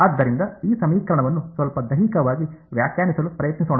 ಆದ್ದರಿಂದ ಈ ಸಮೀಕರಣವನ್ನು ಸ್ವಲ್ಪ ದೈಹಿಕವಾಗಿ ವ್ಯಾಖ್ಯಾನಿಸಲು ಪ್ರಯತ್ನಿಸೋಣ